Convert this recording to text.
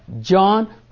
John